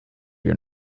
your